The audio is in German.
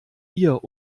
ihr